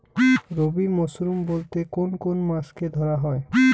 রবি মরশুম বলতে কোন কোন মাসকে ধরা হয়?